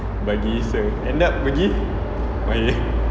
bagi sir end up pergi okay